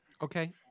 Okay